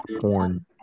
porn